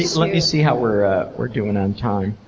let me see how we're ah we're doing on time.